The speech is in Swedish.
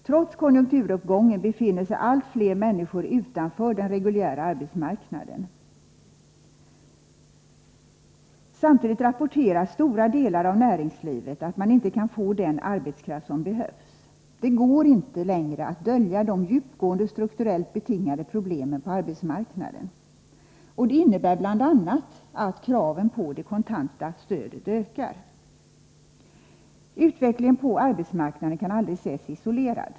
Trots konjunkturuppgången befinner sig allt fler människor utanför den reguljära arbets marknaden. Samtidigt rapporterar stora delar av näringslivet att man inte kan få den arbetskraft som behövs. Det går inte längre att dölja de djupgående, strukturellt betingade problemen på arbetsmarknaden. Det innebär bl.a. att kraven på det kontanta stödet ökar. Utvecklingen på arbetsmarknaden kan aldrig ses isolerat.